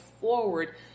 forward